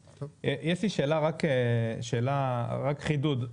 יש לי שאלה רק שאלה, רק חידוד.